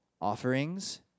offerings